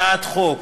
הצעת חוק,